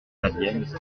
italienne